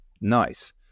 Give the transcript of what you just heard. nice